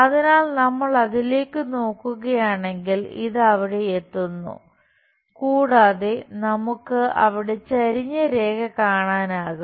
അതിനാൽ നമ്മൾ അതിലേക്കു നോക്കുകയാണെങ്കിൽ ഇത് അവിടെയെത്തുന്നു കൂടാതെ നമുക്ക് അവിടെ ചെരിഞ്ഞ രേഖ കാണാനാകും